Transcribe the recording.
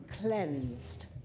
cleansed